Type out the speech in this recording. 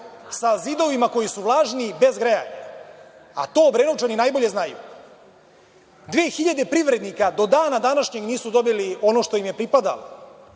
sa zidovima koji su vlažni i bez grejanja, a to Obrenovčani najbolje znaju. Dve hiljade privrednika do dana današnjeg nisu dobili ono što im je pripadalo.